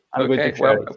Okay